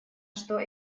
что